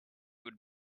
would